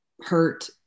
hurt